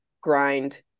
grind